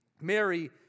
Mary